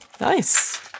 Nice